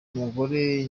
umugore